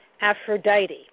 Aphrodite